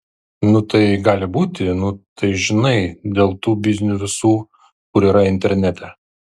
nu tai gali būti nu tai žinai dėl tų biznių visų kur yra internete